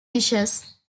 dishes